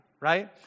right